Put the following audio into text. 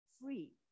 free